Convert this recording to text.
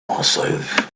myself